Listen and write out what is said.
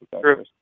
True